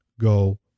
go